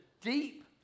deep